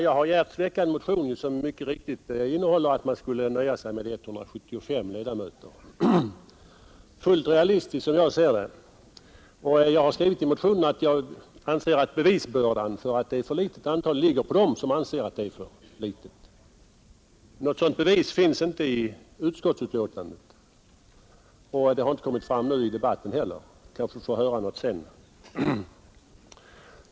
Jag har djärvts väcka en motion som mycket riktigt innehåller att man skulle nöja sig med 175 ledamöter. Det är fullt realistiskt, som jag ser det. I motionen har jag skrivit att jag anser att bevisbördan ligger hos dem som hävdar att det är ett för litet antal. Något sådant bevis finns inte i utskottsbetänkandet, och det har inte heller kommit fram nu i debatten. Vi kanske får höra något sedan.